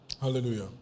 Hallelujah